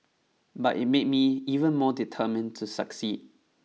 but it made me even more determined to succeed